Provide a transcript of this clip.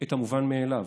את המובן מאליו.